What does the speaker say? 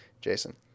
jason